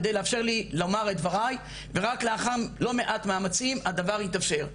כדי לאפשר לי לומר את דבריי ורק לאחר לא מעט מאמצים הדבר התאפשר.